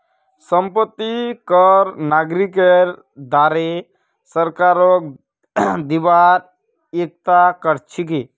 संपत्ति कर नागरिकेर द्वारे सरकारक दिबार एकता कर छिके